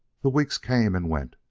the weeks came and went,